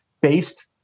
based